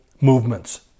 movements